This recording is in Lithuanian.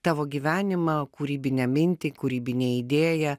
tavo gyvenimą kūrybinę mintį kūrybinę idėją